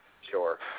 Sure